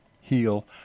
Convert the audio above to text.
heal